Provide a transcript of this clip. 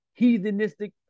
heathenistic